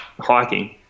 hiking –